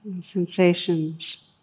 sensations